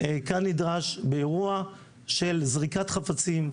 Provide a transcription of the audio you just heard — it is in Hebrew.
באירוע של זריקת חפצים,